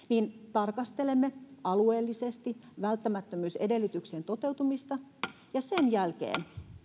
tarkastelemme alueellisesti välttämättömyysedellytyksen toteutumista ja sen jälkeen